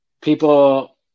people